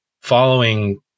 following